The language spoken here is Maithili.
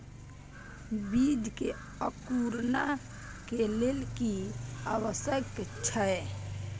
बीज के अंकुरण के लेल की आवश्यक छै?